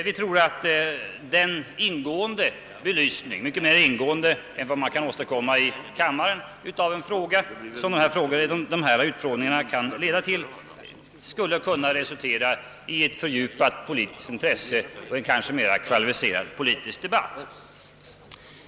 Vi tror att en mera ingående upplysning än man kan åstadkomma i en kammare skulle kunna resultera i ett fördjupat politiskt intresse och i en kanske mera kvalificerad politisk debatt.